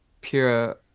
pure